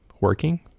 working